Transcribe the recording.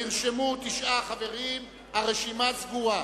נרשמו תשעה חברים, הרשימה סגורה.